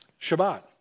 Shabbat